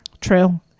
True